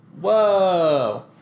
Whoa